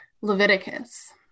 Leviticus